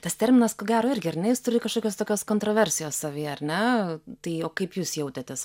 tas terminas ko gero irgi ar ne turi kažkokios tokios kontroversijos savyje ar ne tai o kaip jūs jautėtės